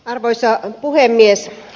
arvoisa puhemies